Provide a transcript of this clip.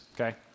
okay